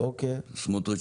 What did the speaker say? סמוטריץ',